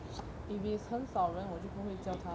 if it's 很少人我就不会叫她 lah